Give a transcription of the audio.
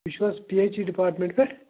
تُہۍ چھُو حظ پی ایچ ای ڈِپاٹمٮ۪نٛٹ پٮ۪ٹھ